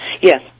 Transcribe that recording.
Yes